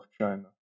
China